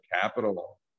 capital